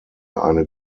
eine